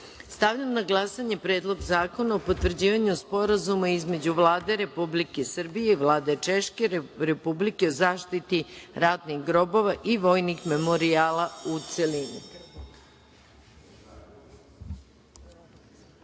zakona. Stavljam na glasanje Predlog zakona o potvrđivanju Sporazuma između Vlade Republike Srbije i Vlade Češke Republike o zaštiti ratnih grobova i vojnih memorijala, u